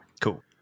Cool